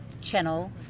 channel